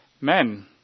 Men